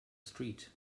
street